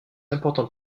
important